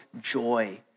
joy